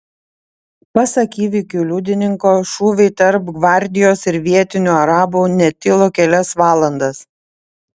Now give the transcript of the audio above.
pasak įvykių liudininko šūviai tarp gvardijos ir vietinių arabų netilo kelias valandas